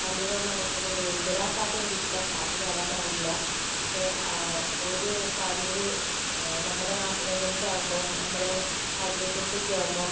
അലുവ മണക്കണ കോഴിക്കോട് ആ പാട്ട് എനിക്ക് ഇഷ്ടാ പാട്ട് പാടാൻ അറിയില്ല പക്ഷെ ഓര് പാടിയത് നമ്മുടെ നാട്ടിനെ കുറിച്ചാകുമ്പോൾ നമ്മുടെ കാര്യത്തെ കുറിച്ചൊക്കെ ആകുമ്പം